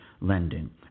lending